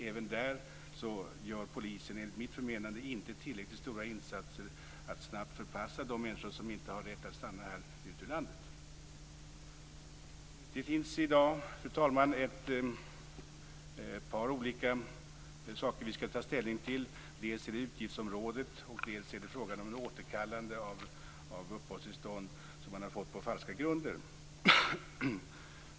Även där gör polisen enligt mitt förmenande inte tillräckligt stora insatser för att snabbt förpassa de människor som inte har rätt att stanna här ut ur landet. Det finns i dag, fru talman, ett par olika saker som vi skall ta ställning till. Dels är det utgiftsområdet, dels är det frågan om återkallande av uppehållstillstånd som man har fått på falska grunder.